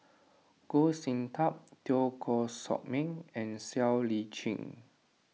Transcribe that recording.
Goh Sin Tub Teo Koh Sock Miang and Siow Lee Chin